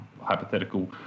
hypothetical